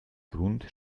grund